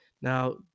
Now